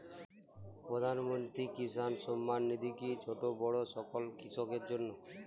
প্রধানমন্ত্রী কিষান সম্মান নিধি কি ছোটো বড়ো সকল কৃষকের জন্য?